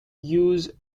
use